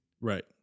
Right